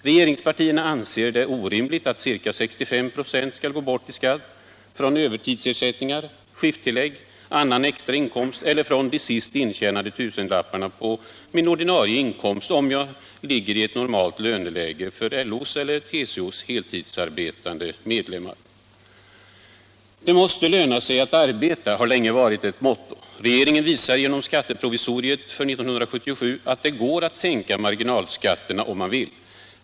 Regeringspartierna anser det orimligt att ca 65 96 skall gå bort i skatt från övertidsersättningar, skifttillägg, annan extra inkomst eller de sist intjänade tusenlapparna på den ordinarie inkomsten, om man ligger i ett normalt löneläge för LO:s eller TCO:s heltidsarbetande medlemmar. ”Det måste löna sig att arbeta” har länge varit ett motto. Regeringen visar genom skatteprovisoriet för 1977 att det går att sänka marginalskatterna om man vill.